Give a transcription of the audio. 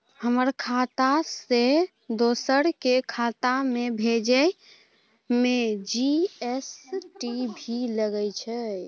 हमर खाता से दोसर के खाता में भेजै में जी.एस.टी भी लगैछे?